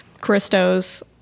Christo's